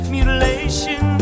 Mutilation